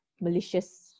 malicious